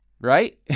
right